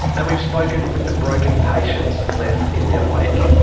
and we've spoken with the broken patients left in their wake.